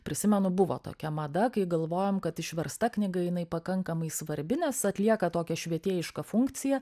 prisimenu buvo tokia mada kai galvojom kad išversta knyga jinai pakankamai svarbi nes atlieka tokią švietėjišką funkciją